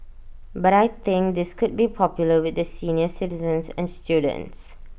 but I think this could be popular with the senior citizens and students